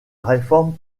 réforme